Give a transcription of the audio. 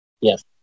Yes